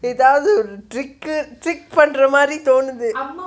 எதாவது:ethavathu trick பண்ணர மாதிரி தோணுது:pannra maathiri tonuthu